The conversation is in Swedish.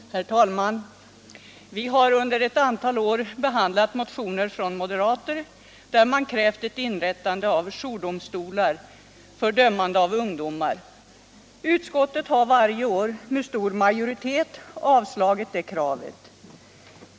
Herr talman! Vi har under ett antal år behandlat motioner från moderater, där man krävt ett inrättande av jourdomstolar för dömande av ungdomar. Utskottet har varje år med stor majoritet avstyrkt det kravet.